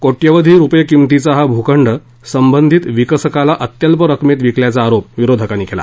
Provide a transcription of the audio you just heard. कोट्यावधी रुपये किमतचा हा भूखंड संबंधित विकसकाला अत्यल्प रकमेत विकल्याचा आरोप विरोधकांनी केला